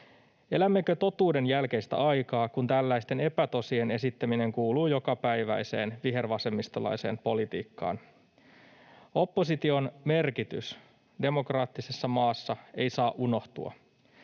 Elämmekö totuudenjälkeistä aikaa, kun tällaisten epätosien esittäminen kuuluu jokapäiväiseen vihervasemmistolaiseen politiikkaan? Opposition merkitys demokraattisessa maassa ei saa unohtua.